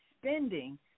spending